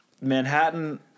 Manhattan